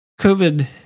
COVID